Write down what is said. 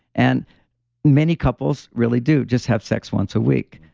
and many couples really do just have sex once a week.